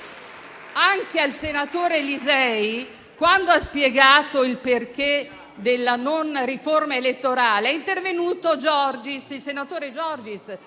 che il senatore Lisei ha spiegato il perché della mancata riforma elettorale, è intervenuto il senatore Giorgis,